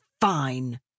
fine